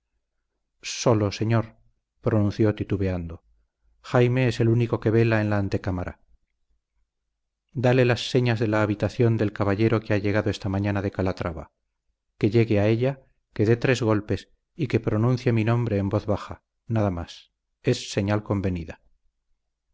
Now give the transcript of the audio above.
solo señor pronunció titubeando jaime es el único que vela en la antecámara dale las señas de la habitación del caballero que ha llegado esta mañana de calatrava que llegue a ella que dé tres golpes y que pronuncie mi nombre en voz baja nada más es señal convenida